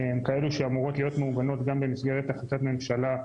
הן כאלה שאמורות להיות מעוגנות גם במסגרת החלטת ממשלה,